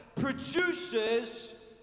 produces